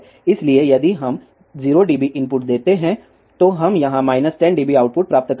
इसलिए यदि हम 0 डीबी इनपुट देते हैं तो यहां हम 10 डीबी आउटपुट प्राप्त करेंगे